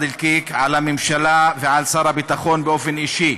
אלקיק על הממשלה ועל שר הביטחון באופן אישי.